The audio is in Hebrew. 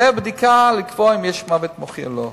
זו היתה בדיקה לקבוע אם יש מוות מוחי או לא.